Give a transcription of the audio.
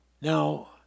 Now